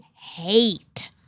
hate